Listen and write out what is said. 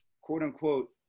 quote-unquote